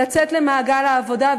לצאת למעגל העבודה,